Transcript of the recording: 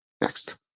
Next